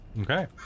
Okay